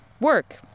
work